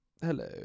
Hello